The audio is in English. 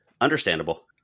Understandable